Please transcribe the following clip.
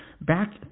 Back